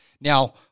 Now